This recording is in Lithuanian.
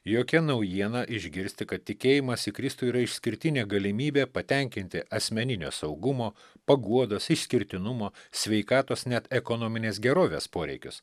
jokia naujiena išgirsti kad tikėjimas į kristų yra išskirtinė galimybė patenkinti asmeninio saugumo paguodos išskirtinumo sveikatos net ekonominės gerovės poreikius